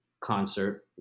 concert